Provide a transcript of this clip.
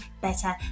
better